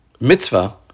mitzvah